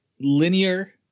linear